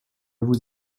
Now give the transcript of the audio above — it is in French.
vous